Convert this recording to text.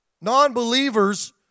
Non-believers